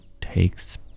takes